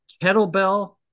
kettlebell